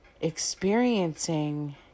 experiencing